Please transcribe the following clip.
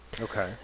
Okay